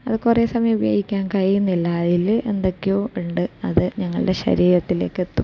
അത് കുറേ സമയം ഉപയോഗിക്കാൻ കഴിയുന്നില്ല അതിൽ എന്തൊക്കെയോ ഉണ്ട് അത് ഞങ്ങളുടെ ശരീരത്തിലേക്ക് എത്തും